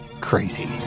crazy